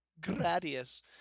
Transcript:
Gradius